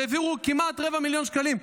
והעבירו כמעט רבע מיליון שקלים,